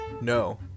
No